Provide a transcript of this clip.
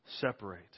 separate